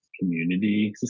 community